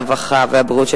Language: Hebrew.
הרווחה והבריאות נתקבלה.